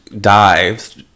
dives